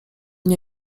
nie